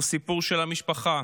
הוא סיפור של המשפחה.